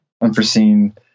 unforeseen